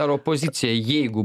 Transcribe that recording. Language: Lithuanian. ar opozicija jeigu